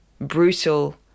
brutal